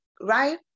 right